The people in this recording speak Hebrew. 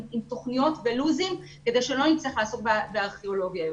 תוכניות ולו"זים כדי שלא נצטרך לעסוק בארכיאולוגיה יותר.